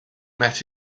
met